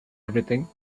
everything